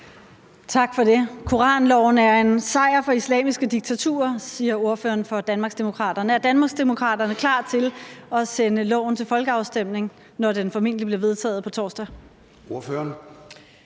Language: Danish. Tak for det. Koranloven er en sejr for islamiske diktaturer, siger ordføreren for Danmarksdemokraterne. Er Danmarksdemokraterne klar til at sende lovforslaget til folkeafstemning, når det formentlig bliver vedtaget på torsdag? Kl.